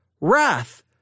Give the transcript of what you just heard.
wrath